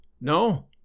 No